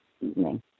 evening